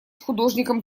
художником